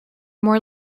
more